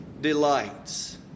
delights